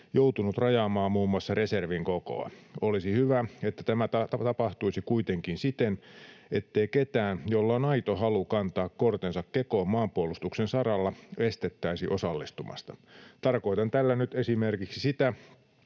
joutunut rajaamaan muun muassa reservin kokoa. Olisi hyvä, että tämä tapahtuisi kuitenkin siten, ettei ketään, jolla on aito halu kantaa kortensa kekoon maanpuolustuksen saralla, estettäisi osallistumasta. Tarkoitan tällä nyt esimerkiksi sitä,